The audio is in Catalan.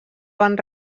van